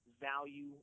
value